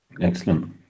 Excellent